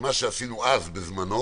שמה שעשינו אז בזמנו